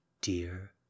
Dear